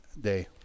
day